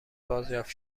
بازیافت